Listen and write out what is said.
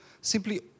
simply